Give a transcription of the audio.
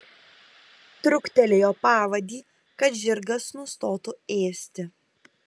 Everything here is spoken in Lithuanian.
truktelėjo pavadį kad žirgas nustotų ėsti